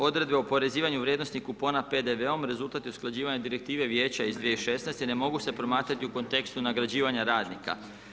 Odredbe o oporezivanju vrijednosti kupona PDV-om rezultat je usklađivanja Direktive Vijeća iz 2016. i ne mogu se promatrati u kontekstu nagrađivanja radnika.